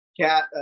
cat